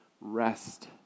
rest